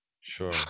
Sure